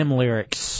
lyrics